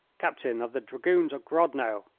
captain of the dragoons of grodno.